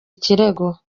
ikirego